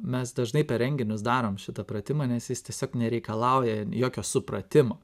mes dažnai per renginius darom šitą pratimą nes jis tiesiog nereikalauja jokio supratimo